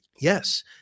Yes